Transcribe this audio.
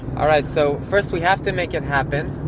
all right, so first we have to make it happen.